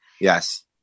Yes